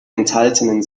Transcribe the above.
enthaltenen